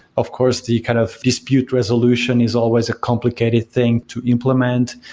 of course, the kind of dispute resolution is always a complicated thing to implement,